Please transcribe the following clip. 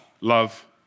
love